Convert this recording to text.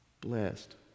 blessed